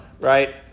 right